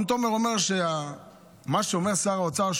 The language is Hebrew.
רון תומר אומר שמה שאומר שר האוצר,